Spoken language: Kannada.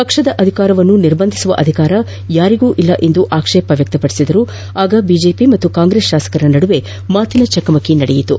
ಪಕ್ಷದ ಅಧಿಕಾರವನ್ನು ನಿರ್ಬಂಧಿಸುವ ಅಧಿಕಾರ ಯಾರಿಗೂ ಇಲ್ಲ ಎಂದು ಆಕ್ಷೇಪ ವ್ಯಕ್ತಪಡಿಸಿದಾಗ ಬಿಜೆಪಿ ಮತ್ತು ಕಾಂಗ್ರೆಸ್ ಶಾಸಕರ ನಡುವೆ ಮಾತಿನ ಚಕಮಕಿ ನಡೆಯಿತು